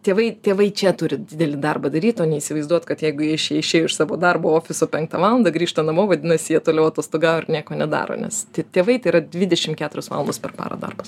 tėvai tėvai čia turi didelį darbą daryt o ne įsivaizduot kad jeigu jie išėjo iš savo darbo ofiso penktą valandą grįžta namo vadinasi jie toliau atostogauja ir nieko nedaro nes tėvai tai yra dvidešim keturios valandos per parą darbas